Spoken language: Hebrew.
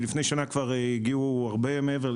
לפני שנה הגיעו הרבה מעבר,